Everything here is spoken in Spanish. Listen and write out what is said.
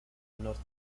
norte